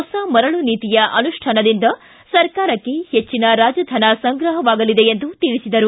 ಹೊಸ ಮರಳು ನೀತಿಯ ಅನುಷ್ಠಾನದಿಂದ ಸರ್ಕಾರಕ್ಕೆ ಹೆಚ್ಚಿನ ರಾಜಧನ ಸಂಗ್ರಹವಾಗಲಿದೆ ಎಂದು ತಿಳಿಸಿದರು